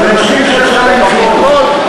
אני מסכים שההצעה היא מכלול,